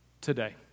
today